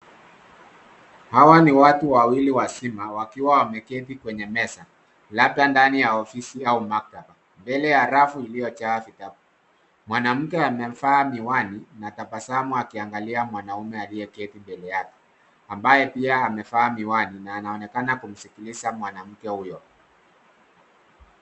Hawa ni watu wawili wazima wakiwa wameketi kwenye meza labda ndani ya ofisi au maktaba mbele ya rafu iliyojaa vitabu. Mwanamke amevaa miwani anatabasamu akiangalia mwanaume aliyekaa mbele yake ambaye pia amevaa miwani na anaonekana kumskiliza mwanamke huyo.